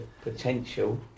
potential